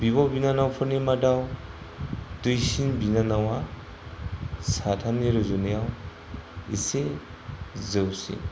बिब' बिनानावफोरनि मादाव दुइसिन बिनानावा साथामनि रुजुनायाव एसे जौसिन